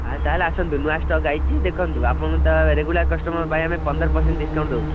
ତା'ହେଲେ ଆସନ୍ତୁ ନୂଆ ଷ୍ଟକ ଆସିଛି ଦେଖନ୍ତୁ ଆପଣ ତ ରେଗୁଲାର କଷ୍ଟମର ପାଇଁ ଆମେ ପନ୍ଦର ପରସେଣ୍ଟ ଡିସ୍କାଉଣ୍ଟ ଦେଉଛୁ